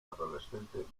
adolescente